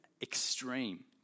Extreme